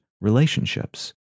relationships